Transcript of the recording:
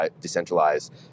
decentralized